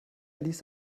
ließ